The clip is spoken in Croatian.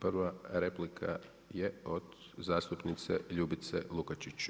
Prva replika je od zastupnice Ljubice Lukačić.